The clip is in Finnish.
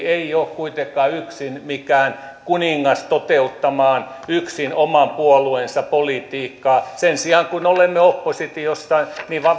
ei ole kuitenkaan yksin mikään kuningas toteuttamaan yksinomaan puolueensa politiikkaa sen sijaan nyt kun olemme oppositiossa